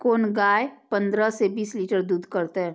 कोन गाय पंद्रह से बीस लीटर दूध करते?